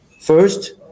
First